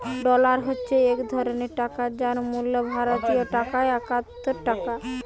dollar হচ্ছে এক ধরণের টাকা যার মূল্য ভারতীয় টাকায় একাত্তর টাকা